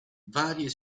varie